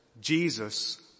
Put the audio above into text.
Jesus